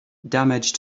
damage